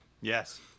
Yes